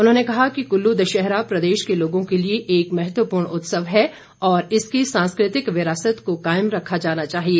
उन्होंने कहा कि कुल्लू दशहरा प्रदेश के लोगों के लिए एक महत्वपूर्ण उत्सव है और इसकी सांस्कृतिक विरासत को कायम रखा जाना चाहिए